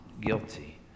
guilty